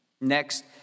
Next